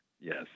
Yes